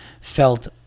felt